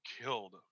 killed